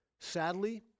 Sadly